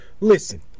Listen